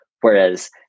Whereas